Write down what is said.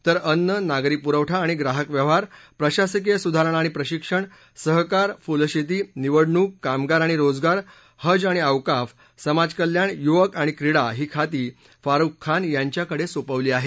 तर अन्न नागरी पुरवठा आणि ग्राहक व्यवहार प्रशासकीय सुधारणा आणि प्रशिक्षण सहकार फुलशेती निवडणूक कामगार आणि रोजगार हज आणि औकाफ समाज कल्याण युवक आणि क्रीडा ही खाती फारुख खान यांच्याकडे सोपवली आहेत